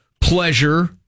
pleasure